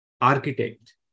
architect